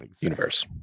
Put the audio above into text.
universe